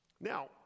now